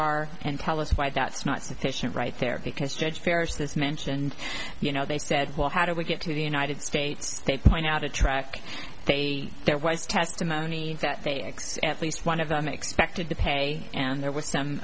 are and tell us why that's not sufficient right there because judge parrish this mentioned you know they said well how do we get to the united states they point out a track they say there was testimony that they axed at least one of them expected to pay and there was some